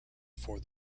for